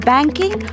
Banking